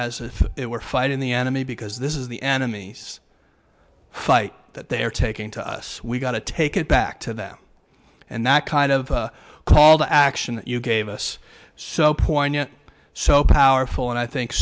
as it were fighting the enemy because this is the enemy's fight that they're taking to us we've got to take it back to them and that kind of call to action you gave us so poignant so powerful and i think